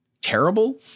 Terrible